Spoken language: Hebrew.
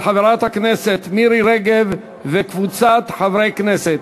של חברת הכנסת מירי רגב וקבוצת חברי כנסת.